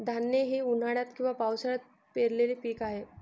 धान हे उन्हाळ्यात किंवा पावसाळ्यात पेरलेले पीक आहे